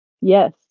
Yes